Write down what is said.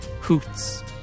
Hoots